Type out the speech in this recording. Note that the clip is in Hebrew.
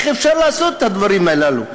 איך אפשר לעשות את הדברים הללו?